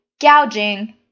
gouging